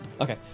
Okay